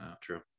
True